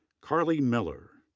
carly miller,